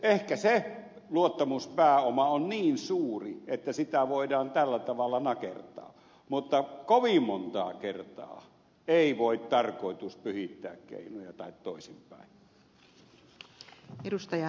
ehkä se luottamuspääoma on niin suuri että sitä voidaan tällä tavalla nakertaa mutta kovin montaa kertaa ei voi tarkoitus pyhittää keinoja tai toisinpäin